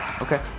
Okay